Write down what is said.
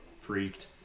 freaked